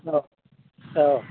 औ औ